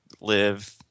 live